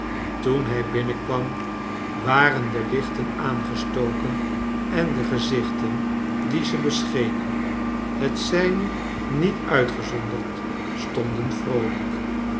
toen hij binnenkwam waren de lichten aanges token en de gezichten die ze beschenen net zijne niet uitgezonderd stonden vroolijk